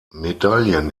medaillen